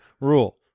Rule